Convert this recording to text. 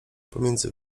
pomiędzy